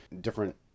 different